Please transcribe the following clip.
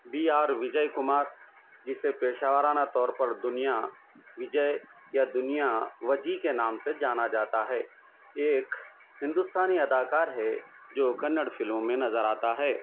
be R Vijay Kumar جسے پیشہ ورانہ طور پر دنیا وجے یا دنیا وجی کے نام سے جانا جاتا ہے ایک ہندوستانی اداکار ہے جو کنّڑ فلموں میں نظر آتا ہے